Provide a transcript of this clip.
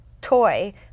toy